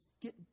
get